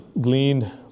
glean